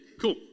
cool